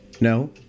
No